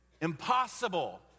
impossible